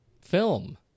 film